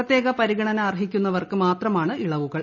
പ്രത്യേക പരിഗണന അർഹിക്കുന്നവർക്ക് മാത്രമാണ് ഇളവുകൾ